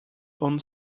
own